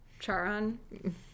Charon